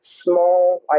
small